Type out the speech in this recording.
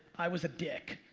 i was a dick.